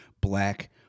black